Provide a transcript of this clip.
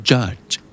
Judge